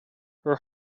her